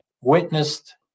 witnessed